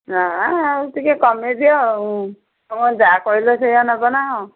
ନା ଆଉ ଟିକିଏ କମାଇଦିଅ ଆଉ ତୁମେ ଯାହା କହିଲ ସେଇୟା ନେବନା କ'ଣ